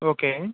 okay